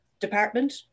department